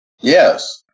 Yes